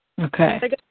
Okay